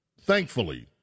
thankfully